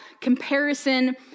comparison